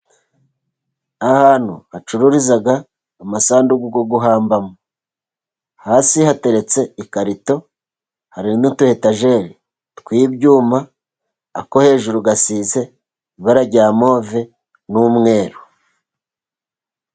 Ahantu hacururiza amasanduku yo guhambamo . Hasi hateretse ikarito , hari n'utu etajeri tw'ibyuma , ako hejuru gasize ibara rya move n'umweru.